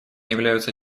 являются